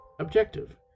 Objective